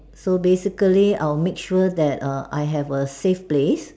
so basically I will make sure that err I have a safe place